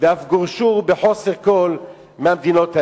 ואף גורשו בחוסר כול מהמדינות האלה.